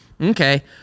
Okay